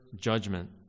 judgment